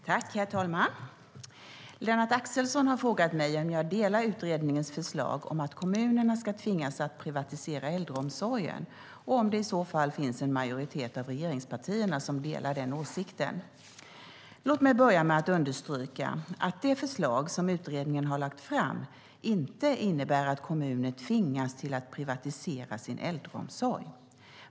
Herr talman! Lennart Axelsson har frågat mig om jag delar utredningens förslag om att kommunerna ska tvingas att privatisera äldreomsorgen och om det i så fall finns en majoritet av regeringspartierna som delar den åsikten. Låt mig börja med att understryka att det förslag som utredningen har lagt fram inte innebär att kommunerna tvingas till att privatisera sin äldreomsorg.